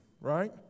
right